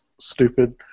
stupid